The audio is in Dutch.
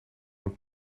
een